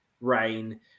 rain